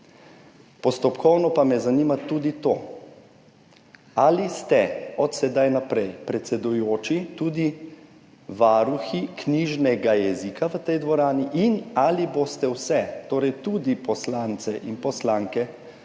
Postopkovno pa me zanima tudi to, ali ste od sedaj naprej predsedujoči tudi varuhi knjižnega jezika v tej dvorani. Ali boste vse, torej tudi poslance in poslanke